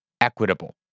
equitable